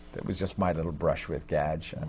it was just my little brush with gadge.